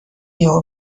یهو